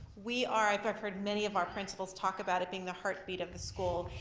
we are, i've i've heard many of our principles talk about it being the heartbeat of the school.